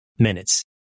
Minutes